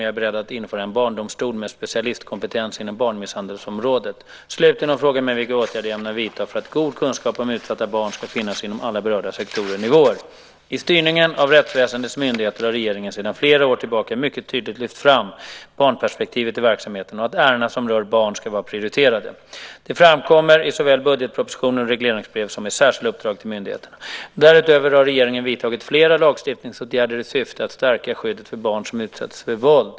Fru talman! Anita Brodén har frågat mig vilka åtgärder jag ämnar vidta för att ge tydliga signaler om att barn är viktiga. Hon har också frågat mig om jag är beredd att införa en barndomstol med specialkompetens inom barnmisshandelsområdet. Slutligen har hon frågat mig vilka åtgärder jag ämnar vidta för att god kunskap om utsatta barn ska finnas inom alla berörda sektorer och nivåer. I styrningen av rättsväsendets myndigheter har regeringen sedan flera år tillbaka mycket tydligt lyft fram barnperspektivet i verksamheten och att ärenden som rör barn ska vara prioriterade. Det framkommer såväl i budgetpropositioner och regleringsbrev som i särskilda uppdrag till myndigheterna. Därutöver har regeringen vidtagit flera lagstiftningsåtgärder i syfte att stärka skyddet för barn som utsatts för våld.